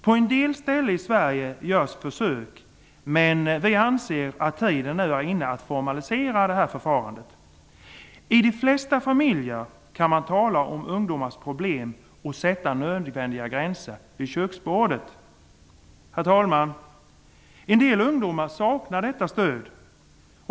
På en del ställen i Sverige görs försök, men vi anser att tiden nu är inne att formalisera detta förfarande. I de flesta familjer kan man tala om ungdomars problem och sätta nödvändiga gränser vid köksbordet. Men en del ungdomar saknar detta stöd.